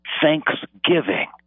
thanksgiving